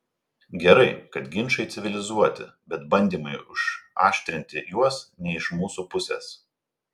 gerai kad ginčai civilizuoti bet bandymai užaštrinti juos ne iš mūsų pusės